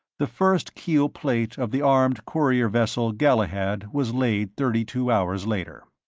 the first keel plate of the armed courier vessel galahad was laid thirty-two hours later.